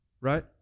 right